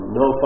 no